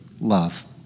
love